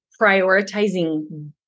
prioritizing